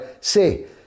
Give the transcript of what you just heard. say